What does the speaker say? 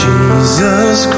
Jesus